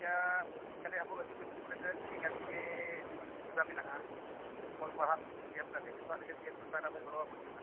ᱴᱷᱤᱠ ᱜᱮᱭᱟ ᱠᱷᱟᱹᱞᱤ ᱟᱵᱚ ᱟᱹᱫᱤᱵᱟᱹᱥᱤ ᱠᱚ ᱞᱟᱹᱜᱤᱫ ᱟᱹᱰᱤᱜᱟᱱ ᱜᱮ ᱥᱩᱵᱤᱫᱷᱟ ᱢᱮᱱᱟᱜᱼᱟ ᱚᱞ ᱯᱟᱲᱦᱟᱣ ᱮᱦᱚᱵ ᱠᱟᱛᱮᱫ ᱡᱚᱛᱚᱣᱟᱜ ᱨᱮᱜᱮ ᱥᱚᱨᱠᱟᱨ ᱟᱵᱚᱭ ᱜᱚᱲᱚ ᱟᱵᱚᱱ ᱠᱟᱱᱟ